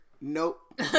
nope